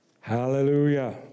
Hallelujah